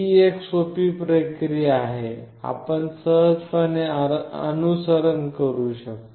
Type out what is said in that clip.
ही एक सोपी प्रक्रिया आहे आपण सहजपणे अनुसरण करु शकतो